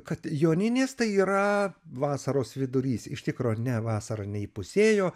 kad joninės tai yra vasaros vidurys iš tikro ne vasara neįpusėjo